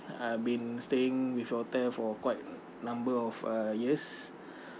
I've been staying with your hotel for quite number of uh years